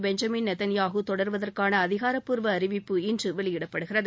Benjamin Netanyahu தொடர்வதற்கான அதிகாரப்பூர்வ அறிவிப்பு இன்று வெளியிடப்படுகிறது